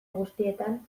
guztietan